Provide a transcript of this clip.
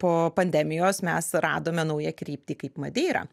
po pandemijos mes radome naują kryptį kaip madeirą